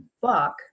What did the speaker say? book